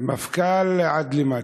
מהמפכ"ל עד למטה,